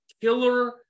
killer